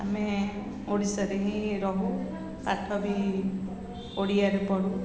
ଆମେ ଓଡ଼ିଶାରେ ହିଁ ରହୁ ପାଠ ବି ଓଡ଼ିଆରେ ପଢ଼ୁ